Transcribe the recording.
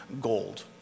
gold